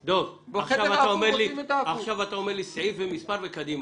עכשיו אתה אומר לי סעיף ומספר וקדימה.